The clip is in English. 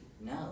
No